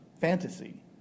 fantasy